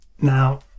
Now